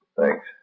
Thanks